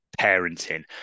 parenting